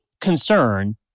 concern